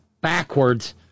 backwards